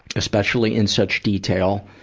especially in such detail.